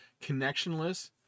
connectionless